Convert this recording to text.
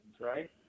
right